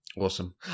Awesome